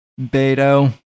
Beto